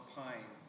pine